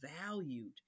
valued